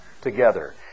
together